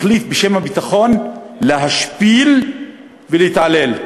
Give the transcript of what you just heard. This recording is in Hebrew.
מחליט בשם הביטחון להשפיל ולהתעלל.